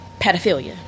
pedophilia